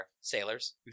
Sailors